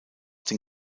den